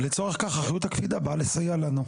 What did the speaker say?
ולצורך כך, אחריות הקפידה באה לסייע לנו.